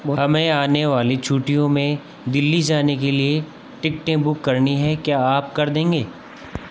हमें आने वाली छुट्टियों में दिल्ली से आने के लिए टिकटें बुक करनी हैं क्या आप कर देंगे